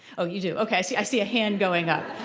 oh, you do? ok, i see i see a hand going up.